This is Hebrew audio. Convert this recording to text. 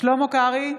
שלמה קרעי,